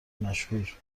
مشهور